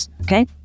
okay